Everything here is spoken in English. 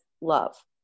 love